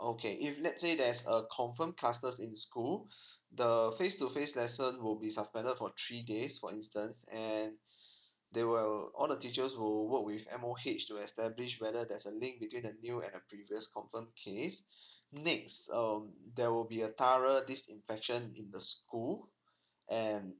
okay if let's say there's a confirm clusters in school the face to face lesson will be suspended for three days for instance and there will all the teachers will work with M_O_H to establish whether there's a link between the new and the previous confirm case next there will be a thorough disinfection in the school and